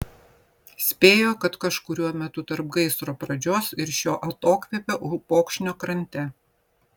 spėjo kad kažkuriuo metu tarp gaisro pradžios ir šio atokvėpio upokšnio krante